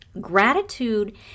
Gratitude